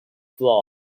floor